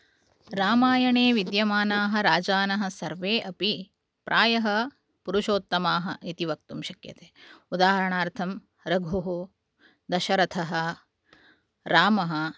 रामायणे विद्यमानाः राजानः सर्वे अपि प्रायः पुरुषोत्तमाः इति वक्तुं शक्यते उदाहरणार्थं रघुः दशरथः रामः